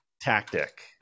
tactic